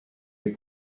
est